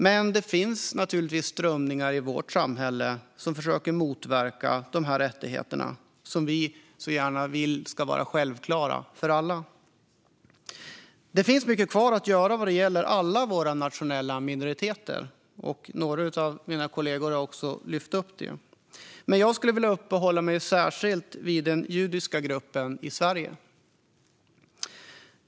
Men det finns naturligtvis strömningar i vårt samhälle som försöker motverka dessa rättigheter, som vi så gärna vill ska vara självklara för alla. Det finns mycket kvar att göra vad gäller alla våra nationella minoriteter. Några av mina kollegor har också lyft upp det. Jag skulle vilja uppehålla mig särskilt vid den judiska gruppen i Sverige.